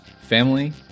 family